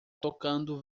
tocando